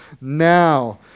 Now